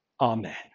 Amen